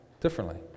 differently